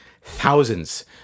thousands